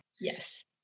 Yes